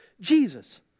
Jesus